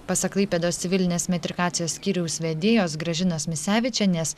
pasak klaipėdos civilinės metrikacijos skyriaus vedėjos gražinos misevičienės